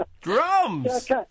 Drums